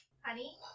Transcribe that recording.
Honey